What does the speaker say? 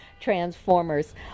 Transformers